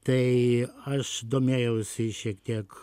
tai aš domėjausi šiek tiek